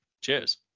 Cheers